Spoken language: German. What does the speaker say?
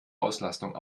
auslastung